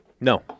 No